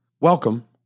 Welcome